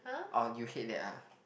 oh you hate that ah